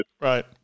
right